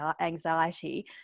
anxiety